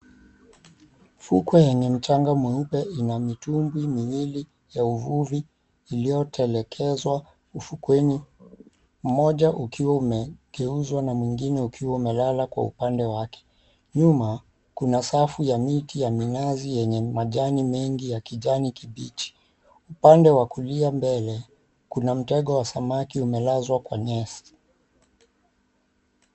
Fukwe yenye mchanga mweupe ina mitumbwii miwili ya uvuvi iliyotelekezwa ufukweni. Mmoja ukiwa umegeuzwa na mwingine ukiwa umelala kwa upande wake. Nyuma, kuna safu ya miti ya minazi yenye majani mengi ya kijani kibichi. Upande wa kulia mbele, kuna mtego wa samaki umelazwa kwa nyasi.